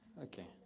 Okay